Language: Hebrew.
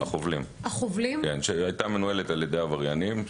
היא הייתה מנוהלת על ידי עבריינים,